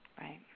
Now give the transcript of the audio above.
Right